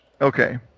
Okay